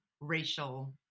racial